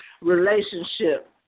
relationship